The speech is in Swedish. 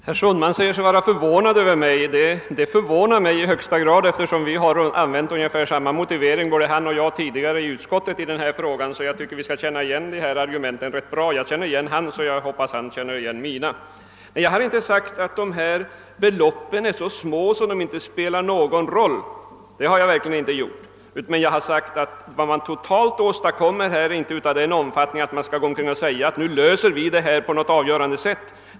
Herr Sundman säger sig vara förvånad över mig. Det förvånar mig i högsta grad, eftersom han och jag har använt ungefär samma motivering tidigare i utskottet. Vi känner igen argumenten rätt bra — jag känner igen hans, och jag hoppas han känner igen mina. Jag har inte sagt att beloppen är så små att de inte spelar någon roll, men jag har sagt att vad man totalt åstadkommer inte är av sådan omfattning att man kan säga att vi löser problemen på ett avgörande sätt.